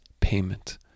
payment